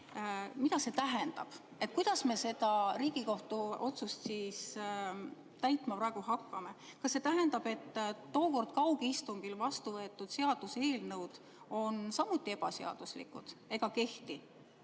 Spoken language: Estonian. mida see tähendab. Kuidas me seda Riigikohtu otsust praegu täitma hakkame? Kas see tähendab, et tookord kaugistungil vastuvõetud seaduseelnõud on samuti ebaseaduslikud ega kehti?